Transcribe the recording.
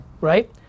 right